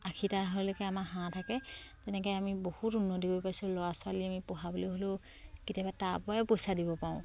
আশীটা আমাৰ হাঁহ থাকে তেনেকে আমি বহুত উন্নতি কৰিব পাইছোঁ ল'ৰা ছোৱালী আমি পঢ়াবলে হ'লেও কেতিয়াবা তাপাই পইচা দিব পাৰোঁ